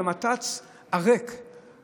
על הנת"צ הריק,